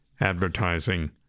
advertising